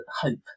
hope